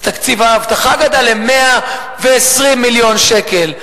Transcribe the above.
אז תקציב האבטחה גדל ב-120 מיליון שקל.